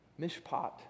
Mishpat